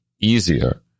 easier